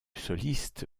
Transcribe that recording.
soliste